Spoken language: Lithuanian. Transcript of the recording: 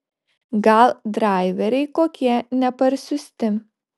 gal draiveriai kokie neparsiųsti